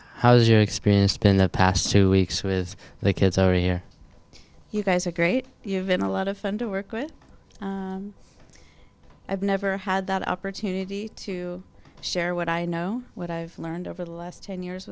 has your experience been the past two weeks with their kids every year you guys are great you've been a lot of fun to work with i've never had that opportunity to share what i know what i've learned over the last ten years